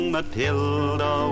Matilda